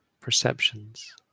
perceptions